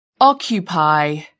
occupy